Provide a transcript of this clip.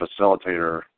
facilitator